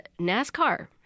NASCAR